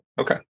Okay